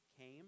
came